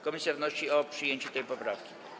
Komisja wnosi o przyjęcie tej poprawki.